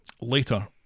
Later